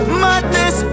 madness